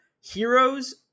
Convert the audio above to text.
Heroes